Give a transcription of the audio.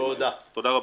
תודה רבה.